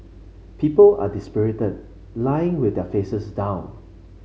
people are dispirited lying with their faces down